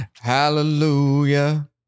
Hallelujah